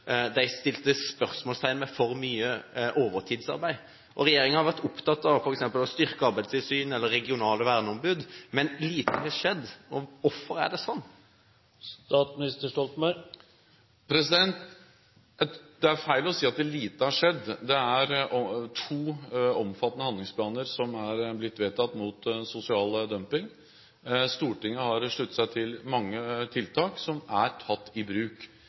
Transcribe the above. de satte spørsmålstegn ved for mye overtidsarbeid. Regjeringen har vært opptatt av f.eks. å styrke arbeidstilsyn eller regionale verneombud, men lite har skjedd. Hvorfor er det sånn? Det er feil å si at «lite har skjedd». Det er to omfattende handlingsplaner mot sosial dumping som er blitt vedtatt. Stortinget har sluttet seg til mange tiltak som er tatt i bruk,